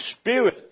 Spirit